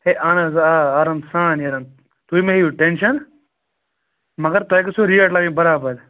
ہے اَہَن حظ آ آرام سان نیران تُہۍ مہٕ ہیٚیِو ٹٮ۪نشَن مگر تۄہہِ گٔژھو ریٹ لَگٕنۍ بَرابَر